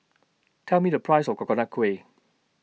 Tell Me The Price of Coconut Kuih